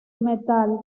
metal